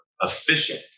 efficient